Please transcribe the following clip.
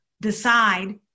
decide